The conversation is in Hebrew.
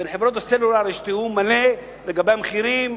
בין חברות הסלולר יש תיאום מלא לגבי המחירים,